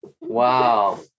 Wow